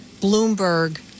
Bloomberg